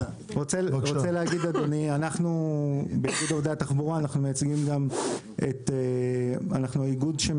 אני רוצה להגיד שאנחנו באיגוד עובדי התחבורה מייצגים גם את מרבית